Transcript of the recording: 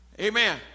amen